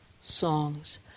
songs